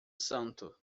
santo